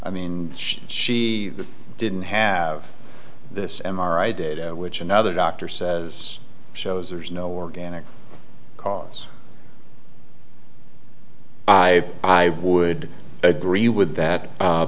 i mean she didn't have this m r i data which another doctor says shows there's no organic cause i i would agree with that